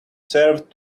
served